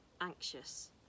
anxious